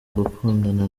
gukundana